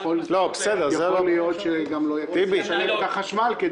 יכול להיות שגם לא יהיה כסף לשלם את החשמל.